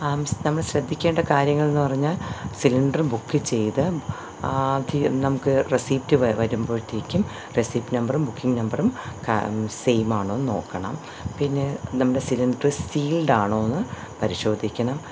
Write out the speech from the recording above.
നമ്മൾ ശ്രദ്ധിക്കേണ്ട കാര്യങ്ങളെന്ന് പറഞ്ഞാൽ സിലിണ്ടർ ബുക്ക് ചെയ്ത് ആദ്യം നമുക്ക് റെസീപ്റ്റ് വ വരുമ്പോഴത്തേക്കും റെസീപ്റ്റ് നമ്പറും ബുക്കിങ്ങ് നമ്പറും ക സെയിം ആണോ എന്ന് നോക്കണം പിന്നെ നമ്മുടെ സിലിണ്ടർ സീൽഡ് ആണോ എന്ന് പരിശോധിക്കണം